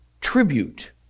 tribute